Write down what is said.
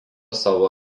savo